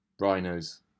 Rhinos